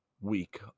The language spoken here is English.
Week